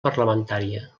parlamentària